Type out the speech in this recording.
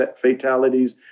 fatalities